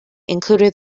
included